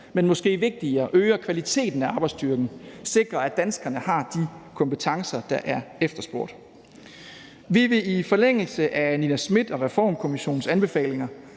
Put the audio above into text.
er vigtigere, øger kvaliteten af arbejdsstyrken og sikrer, at danskerne har de kompetencer, der er efterspurgt. Vi vil i forlængelse af Nina Schmidt og Reformkommissionens anbefalinger